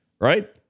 right